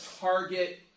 target